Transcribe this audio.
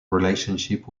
relationship